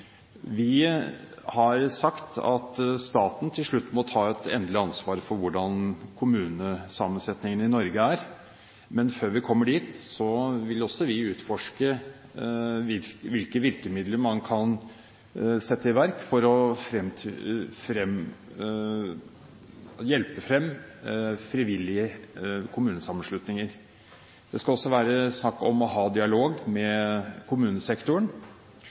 Vi har sagt at staten til slutt må ta et endelig ansvar for hvordan kommunesammensetningen i Norge er, men før vi kommer dit, vil også vi utforske hvilke virkemidler man kan sette i verk for å hjelpe frem frivillige kommunesammenslutninger. Det skal også være snakk om å ha dialog med kommunesektoren.